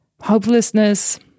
hopelessness